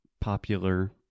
popular